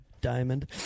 diamond